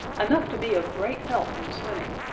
enough to be of great help in swimming.